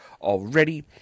already